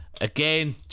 again